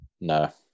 No